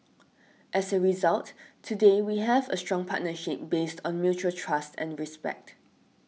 as a result today we have a strong partnership based on mutual trust and respect